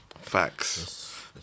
Facts